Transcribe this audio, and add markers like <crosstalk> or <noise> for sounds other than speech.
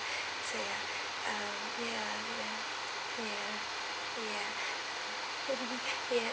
so ya um ya ya ya <laughs> ya